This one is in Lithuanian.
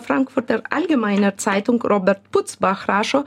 frankfurter allgemeine zeitung robert putzbach rašo